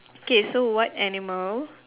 K so what animal